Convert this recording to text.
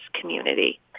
community